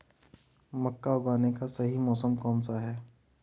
मक्का उगाने का सही मौसम कौनसा है?